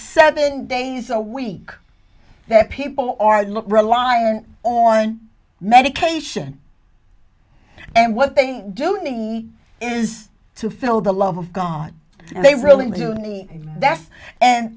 seven days a week that people are look reliant or on medication and what they do need is to fill the love of god they really need that's and